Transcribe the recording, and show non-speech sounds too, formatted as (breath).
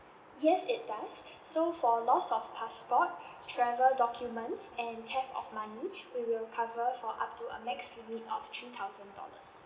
yes it does (breath) so for lost of passport (breath) travel documents and theft of money (breath) we will cover for up to a max limit of three thousand dollars